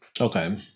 Okay